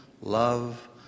love